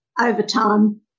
overtime